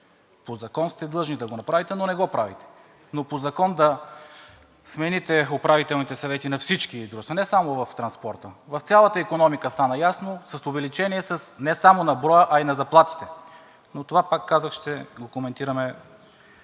По закон сте длъжни да го направите, но не го правите. Но по закон да смените управителните съвети на всички дружества, не само в транспорта, в цялата икономика – стана ясно с увеличение не само на броя, а и на заплатите, но това, пак казвам, ще го коментираме